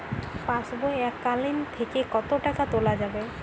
পাশবই এককালীন থেকে কত টাকা তোলা যাবে?